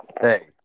Hey